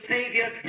Savior